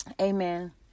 Amen